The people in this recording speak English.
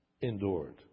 endured